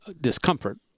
discomfort